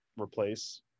replace